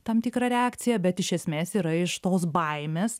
tam tikrą reakciją bet iš esmės yra iš tos baimės